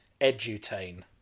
edutain